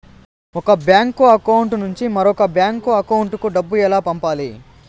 ఒక bank account నుంచి మరొక బ్యాంకు అకౌంట్ కు డబ్బు ఎలా పంపాలి